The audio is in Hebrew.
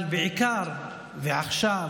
אבל בעיקר ועכשיו